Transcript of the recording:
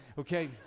okay